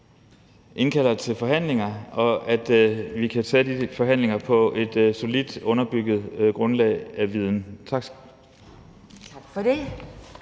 indkalder til forhandlinger, og at vi kan tage de forhandlinger på et solidt underbygget grundlag af viden. Tak.